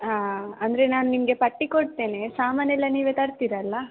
ಅಂದರೆ ನಾನು ನಿಮಗೆ ಪಟ್ಟಿ ಕೊಡ್ತೇನೆ ಸಾಮಾನೆಲ್ಲ ನೀವೇ ತರ್ತೀರಲ್ವ